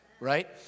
right